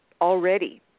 already